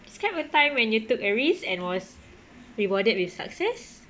describe a time when you took a risk and was rewarded with success